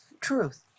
truth